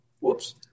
Whoops